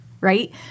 right